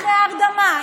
אחרי הרדמה,